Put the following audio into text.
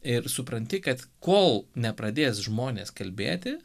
ir supranti kad kol nepradės žmonės kalbėti